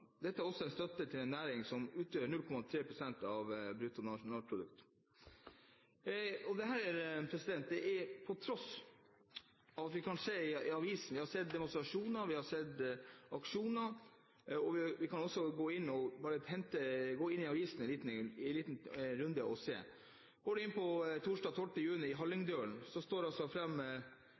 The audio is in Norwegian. Dette er da støtte til en næring som utgjør 0,3 pst. av bruttonasjonalprodukt – dette til tross for det vi har sett i aviser, og det vi har sett av demonstrasjoner og aksjoner. Vi kan gå inn i avisene en liten runde og se. Går du inn torsdag 12. juni i år i Hallingdølen, står det fram